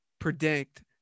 predict